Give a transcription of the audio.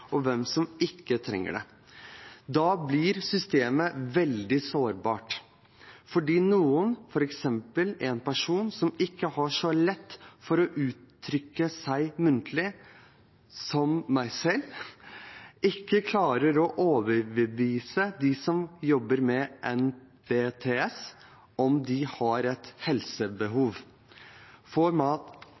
og hvem som ikke trenger det. Da blir systemet veldig sårbart, fordi noen – f.eks. en person som ikke har så lett for å uttrykke seg muntlig, som meg selv – ikke klarer å overbevise dem som jobber ved NBTS om at de har et helsebehov.